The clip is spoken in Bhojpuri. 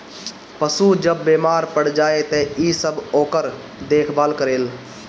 पशु जब बेमार पड़ जाए त इ सब ओकर देखभाल करेल